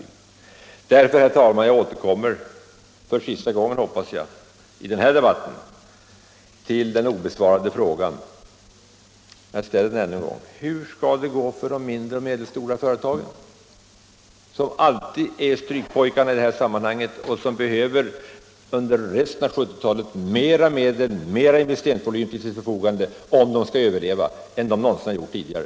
Jag vill därför, herr talman — också här som jag hoppas för sista gången i denna debatt — återkomma till den obesvarade frågan: Hur skall det gå för de mindre och medelstora företagen, som alltid är strykpojkarna i detta sammanhang och som under resten av 1970-talet behöver större investeringsvolym till sitt förfogande för att kunna överleva än de någonsin gjort tidigare?